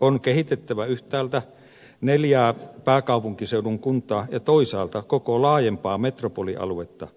on kehitettävä yhtäältä neljää pääkaupunkiseudun kuntaa ja toisaalta koko laajempaa metropolialuetta